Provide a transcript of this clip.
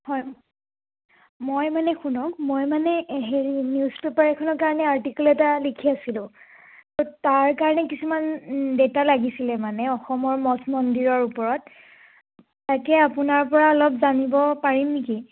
হয় মই মানে শুনক মই মানে হেৰি নিউজ পেপাৰ এখনৰ কাৰণে আৰ্টিকেল এটা লিখি আছিলোঁ ত' তাৰ কাৰণে কিছুমান ডেটা লাগিছিলে মানে অসমৰ মঠ মন্দিৰৰ ওপৰত তাকে আপোনাৰ পৰা অলপ জানিব পাৰিম নিকি